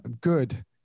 good